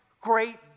great